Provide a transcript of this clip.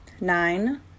Nine